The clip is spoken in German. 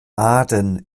aden